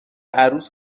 عروس